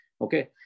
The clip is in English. Okay